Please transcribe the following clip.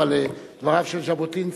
אבל לדבריו של ז'בוטינסקי.